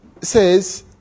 says